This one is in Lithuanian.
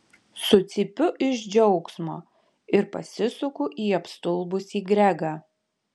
sucypiu iš džiaugsmo ir pasisuku į apstulbusį gregą